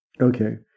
Okay